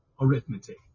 arithmetic